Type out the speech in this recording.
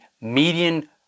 median